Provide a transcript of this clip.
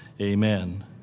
Amen